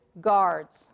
guards